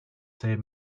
save